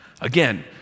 Again